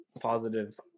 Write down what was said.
positive